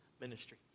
ministry